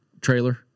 trailer